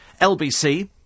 LBC